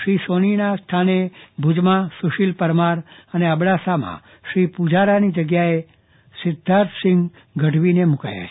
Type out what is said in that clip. શ્રી સોનીના સ્થાને ભુજમાં સુશીલ પરમાર અને અબડાસામાં શ્રી પુજારાની જગ્યાએ સિધ્ધાર્થસિંહ ગઢવીને મુકાયા છે